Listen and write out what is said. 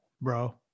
bro